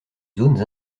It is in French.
zones